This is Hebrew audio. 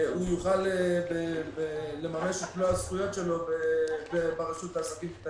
הוא יוכל לממש את מלוא הזכויות שלו ברשות לעסקים קטנים.